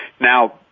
Now